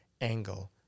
angle